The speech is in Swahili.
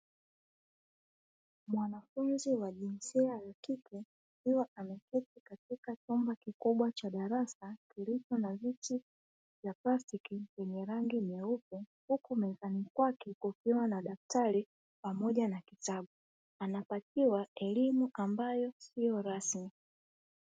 Mwanafunzi wa jinsia ya kike, akiwa ameketi kwenye chumba kikubwa cha darasa chenye viti vy plastiki vyenye rangi nyeupe, huku mezani kwake kukiwa na daftari pamoja na kitabu anapatiwa elimu isiyo rasmi.